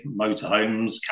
motorhomes